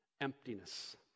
emptiness